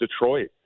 Detroit